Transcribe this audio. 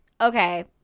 Okay